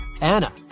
Anna